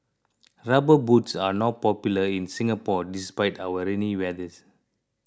rubber boots are not popular in Singapore despite our rainy weather